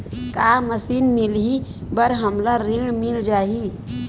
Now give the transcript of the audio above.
का मशीन मिलही बर हमला ऋण मिल जाही?